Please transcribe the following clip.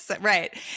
Right